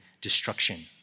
destruction